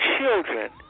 children